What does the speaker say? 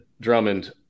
Drummond